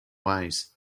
ways